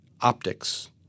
optics